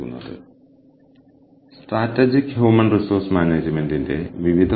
കൂടാതെ വിവിധ തലങ്ങളിൽ സ്ട്രാറ്റജിക് HRM എങ്ങനെ വികസിക്കുന്നുവെന്ന് ഞാൻ വിവരിച്ചു